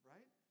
Right